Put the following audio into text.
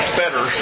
better